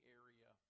area